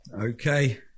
okay